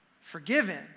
forgiven